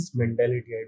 mentality